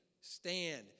stand